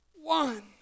one